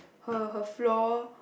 her her floor